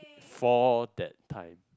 for that time